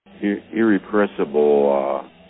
irrepressible